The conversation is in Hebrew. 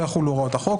הוראות החוק.